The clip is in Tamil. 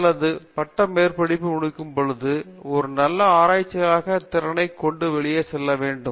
அல்லது பட்ட மேற்படிப்பு முடிக்கும் பொழுது ஒரு நல்ல ஆராய்ச்சியாளராக திறனைக் கொண்டு வெளியே செல்ல வேண்டும்